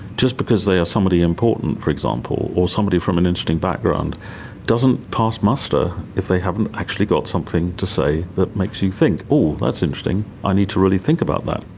just because they are somebody important, for example, or somebody from an interesting background doesn't pass muster if they haven't actually got something to say that makes you think, oh, that's interesting, i need to really think about that'.